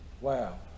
Wow